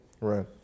Right